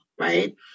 right